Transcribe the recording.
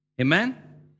Amen